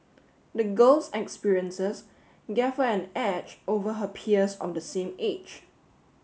the girl's experiences gave her an edge over her peers of the same age